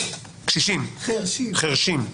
חירשים.